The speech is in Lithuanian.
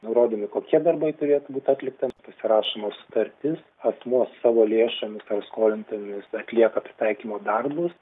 nurodomi kokie darbai turėtų būt atlikta pasirašoma sutartis asmuo savo lėšomis skolintomis atlieka pritaikymo darbus